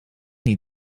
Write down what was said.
niet